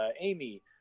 Amy